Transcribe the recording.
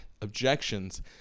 objections